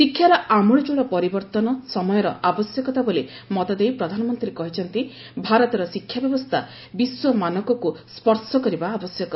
ଶିକ୍ଷାର ଆମଳଚଳ ପରିବର୍ତ୍ତନ ସମୟର ଆବଶ୍ୟକତା ବୋଲି ମତ ଦେଇ ପ୍ରଧାନମନ୍ତ୍ରୀ କହିଛନ୍ତି ଭାରତର ଶିକ୍ଷା ବ୍ୟବସ୍ଥା ବିଶ୍ୱ ମାନକକୁ ସ୍ୱର୍ଶ କରିବା ଆବଶ୍ୟକ